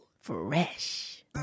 Fresh